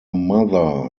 mother